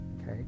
okay